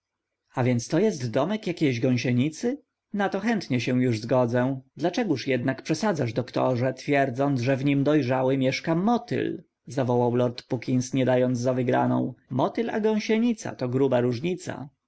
mięczaka a więc to jest domek jakiejś gąsienicy na to chętnie się już zgodzę dlaczegóż jednak przesadzasz doktorze twierdząc że w nim dojrzały mieszka motyl zawołał lord puckins nie dający za wygraną motyl a gąsienica to gruba różnica